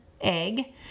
egg